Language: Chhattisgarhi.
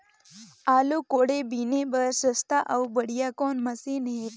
आलू कोड़े बीने बर सस्ता अउ बढ़िया कौन मशीन हे?